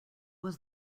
was